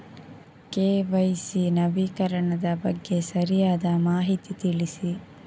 KYC ನವೀಕರಣದ ಬಗ್ಗೆ ಸರಿಯಾದ ಮಾಹಿತಿ ತಿಳಿಸಿ?